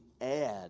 add